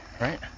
right